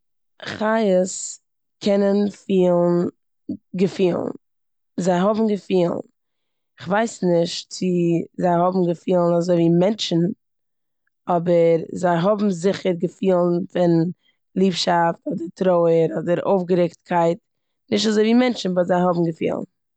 חיות קענען פילן געפילן, זיי האבן געפילן. כ'ווייס נישט צו האבן געפילן אזויווי מענטשן אבער זיי האבן זיכער געפילן פון ליבשאפט אדער טרויער אדער אויפגערעגטקייט. נישט אזויווי מענטשן, באט זיי האבן געפילן.